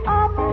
up